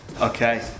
Okay